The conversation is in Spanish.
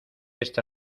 esta